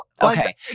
Okay